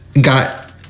got